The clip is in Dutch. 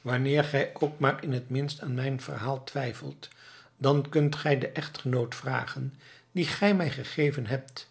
wanneer gij ook maar in t minst aan mijn verhaal twijfelt dan kunt gij den echtgenoot vragen dien gij mij gegeven hebt